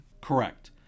Correct